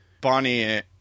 Bonnie